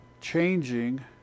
changing